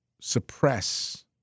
suppress